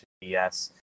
Yes